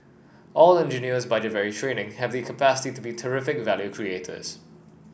all engineers by their very training have the capacity to be terrific value creators